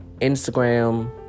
Instagram